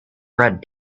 bread